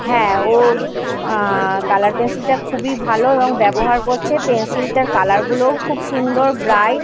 হ্যাঁ ওর কালার পেনসিলটা খুবই ভালো এবং ব্যবহার করছে পেনসিলটার কালারগুলোও খুব সুন্দর ব্রাইট